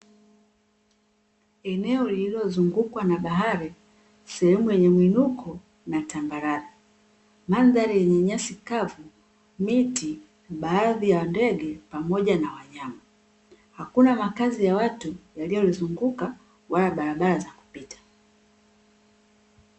Eneo lililozungukwa na bahari, sehemu yenye mwinuko na tambarare. Mandhari yenye nyasi kavu, miti, baadhi ya ndege, pamoja na wanyama. Hakuna makazi ya watu yaliyozunguka wala barabara za kupita.